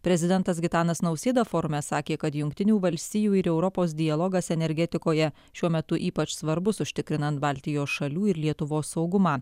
prezidentas gitanas nausėda forume sakė kad jungtinių valstijų ir europos dialogas energetikoje šiuo metu ypač svarbus užtikrinant baltijos šalių ir lietuvos saugumą